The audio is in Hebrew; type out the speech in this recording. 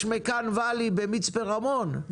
יש את Mccann Valley במצפה רמון,